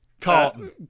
Carton